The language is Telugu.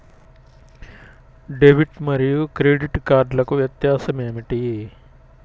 డెబిట్ మరియు క్రెడిట్ కార్డ్లకు వ్యత్యాసమేమిటీ?